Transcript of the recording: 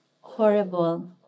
horrible